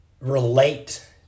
relate